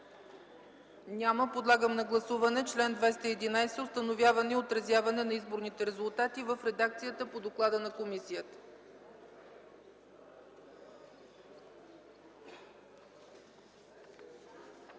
Няма. Подлагам на гласуване чл. 211 „Установяване и отразяване на изборните резултати” в редакцията по доклада на комисията.